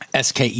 SKE